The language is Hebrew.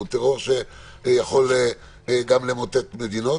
זה טרור שיכול למוטט גם מדינות,